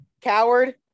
coward